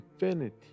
infinity